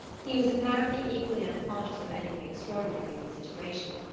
he was apparently equally unconscious of anything extraordinary in the situation.